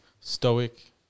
stoic